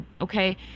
okay